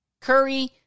Curry